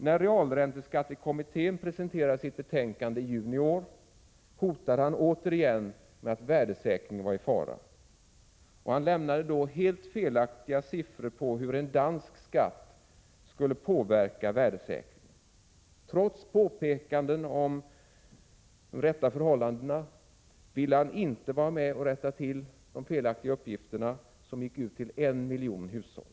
När realränteskattekommittén presenterade sitt betänkande i juni i år, hotade han återigen med att värdesäkringen var i fara. Han lämnade då helt felaktiga siffror på hur en dansk skatt skulle påverka värdesäkringen. Trots påpekanden om de rätta förhållandena ville han inte vara med och rätta till de felaktiga uppgifterna, som gick ut till en miljon hushåll.